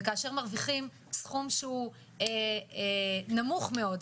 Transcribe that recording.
וכאשר מרוויחים סכום שהוא נמוך מאוד,